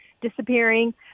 disappearing